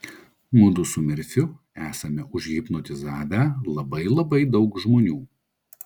mudu su merfiu esame užhipnotizavę labai labai daug žmonių